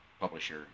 publisher